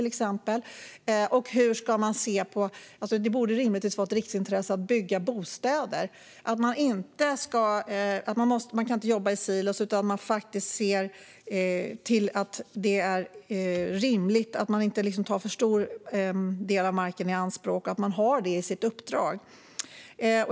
Hur ska man se på byggandet av bostäder, som rimligtvis borde vara ett riksintresse? Man kan inte jobba i silon, utan man måste se till att det hela är rimligt. Man kan inte ta för stor del av marken i anspråk. Detta måste finnas i deras uppdrag.